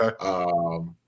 okay